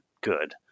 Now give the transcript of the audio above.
good